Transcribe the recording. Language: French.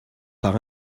par